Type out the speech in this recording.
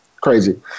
crazy